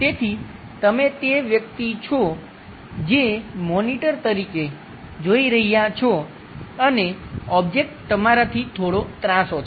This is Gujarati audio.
તેથી તમે તે વ્યક્તિ છો જે મોનિટર તરીકે જોઈ રહ્યાં છો અને ઓબ્જેક્ટ તમારાથી થોડો ત્રાસો છે